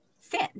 sin